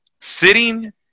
sitting